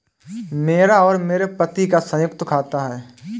मेरा और मेरे पति का संयुक्त खाता है